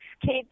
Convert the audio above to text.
kids